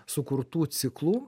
sukurtų ciklų